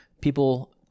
People